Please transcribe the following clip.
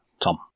Tom